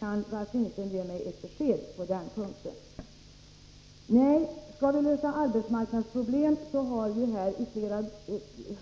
Kan Ralf Lindström ge mig ett besked på den punkten? Nej, skall vi lösa arbetsmarknadsproblem krävs det andra insatser.